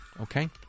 Okay